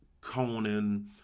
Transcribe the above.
Conan